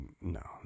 no